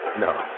No